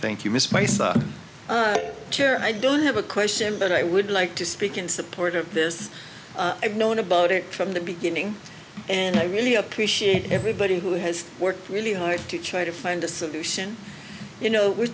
thank you miss my son chair i don't have a question but i would like to speak in support of this i've known about it from the beginning and i really appreciate everybody who has worked really hard to try to find a solution you know we're